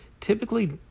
Typically